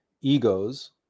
egos